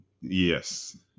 yes